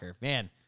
man